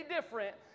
different